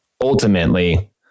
ultimately